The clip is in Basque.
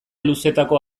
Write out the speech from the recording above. luzetako